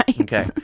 Okay